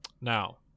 Now